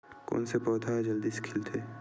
कोन से पौधा ह जल्दी से खिलथे?